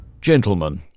Gentlemen